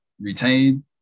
retain